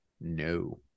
No